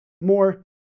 more